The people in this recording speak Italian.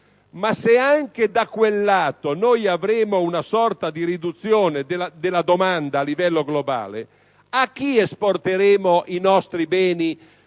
se anche da quel lato avremo una sorta di riduzione della domanda al livello globale, a chi esporteremo i nostri beni,